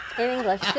English